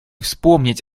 вспомнить